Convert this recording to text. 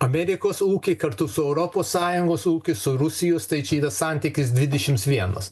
amerikos ūkį kartu su europos sąjungos ūkiu su rusijos tai čia yra santykis dvidešims vienas